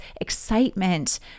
excitement